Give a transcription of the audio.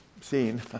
seen